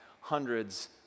hundreds